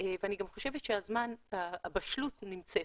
ואני חושבת שהזמן בבשלות נמצאת.